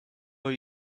our